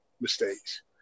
mistakes